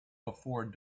before